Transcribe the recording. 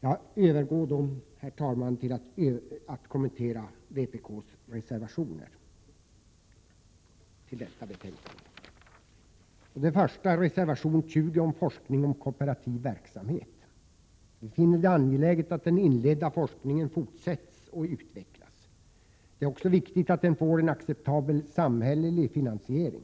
Sedan skall jag kommentera de vpk-reservationer som är fogade till detta betänkande. Först gäller det reservation 20 beträffande forskning om kooperativ verksamhet. Vi finner det angeläget att man fortsätter den inledda forskningen och att den utvecklas. Vidare är det viktigt att den får en acceptabel samhällelig finansiering.